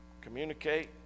communicate